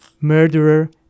murderer